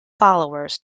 followers